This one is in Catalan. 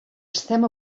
estem